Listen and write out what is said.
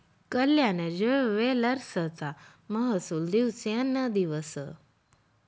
कल्याण ज्वेलर्सचा महसूल दिवसोंदिवस वाढत आहे